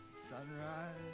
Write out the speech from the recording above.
Sunrise